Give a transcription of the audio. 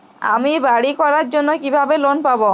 আমি বাড়ি করার জন্য কিভাবে লোন পাব?